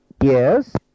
Yes